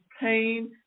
pain